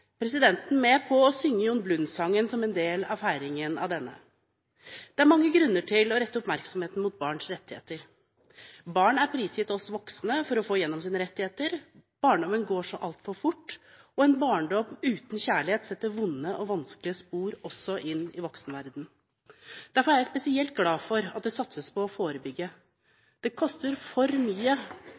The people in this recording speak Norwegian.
presidenten, med på å synge Jon Blund-sangen som en del av feiringen av denne. Det er mange grunner til å rette oppmerksomheten mot barns rettigheter: Barn er prisgitt oss voksne for å få gjennom sine rettigheter, barndommen går så altfor fort, og en barndom uten kjærlighet setter vonde og vanskelige spor også inn i voksenverdenen. Derfor er jeg spesielt glad for at det satses på å forebygge. Det koster for mye